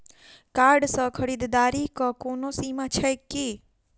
Card सँ खरीददारीक कोनो सीमा छैक की?